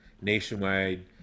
nationwide